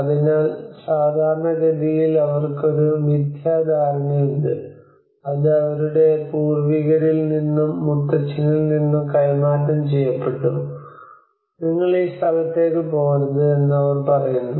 അതിനാൽ സാധാരണഗതിയിൽ അവർക്ക് ഒരു മിഥ്യാധാരണയുണ്ട് അത് അവരുടെ പൂർവ്വികരിൽ നിന്നും മുത്തച്ഛനിൽ നിന്നും കൈമാറ്റം ചെയ്യപ്പെട്ടു നിങ്ങൾ ഈ സ്ഥലത്തേക്ക് പോകരുത് എന്ന് അവർ പറയുന്നു